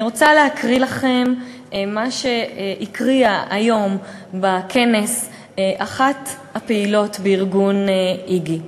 אני רוצה להקריא לכם מה שהקריאה היום בכנס אחת הפעילות בארגון "איגי":